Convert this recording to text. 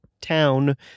town